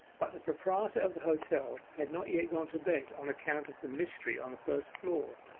but the proprietor of the hotel had not yet gone to bed on account of the mystery on the first floor,